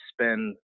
spend